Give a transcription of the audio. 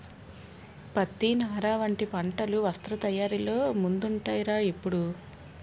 పత్తి, నార వంటి పంటలు వస్త్ర తయారీలో ముందుంటాయ్ రా ఎప్పుడూ